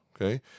okay